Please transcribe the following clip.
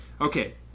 okay